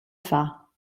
far